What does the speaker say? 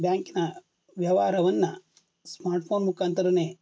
ಬ್ಯಾಂಕಿನ ವ್ಯವಹಾರವನ್ನ ಸ್ಮಾರ್ಟ್ಫೋನ್ ಮುಖಾಂತರನೇ